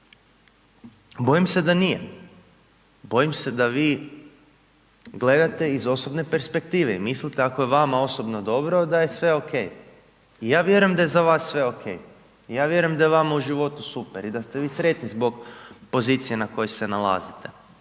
Bojim se da nije, bojim se da vi gledate iz osobne perspektive i mislite ako je vama osobno dobro, da je sve ok i ja vjerujem da je za vas sve ok i ja vjerujem da je vama u životu super i da ste vi sretni zbog pozicije u kojoj se nalazite.